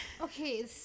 okay